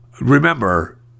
Remember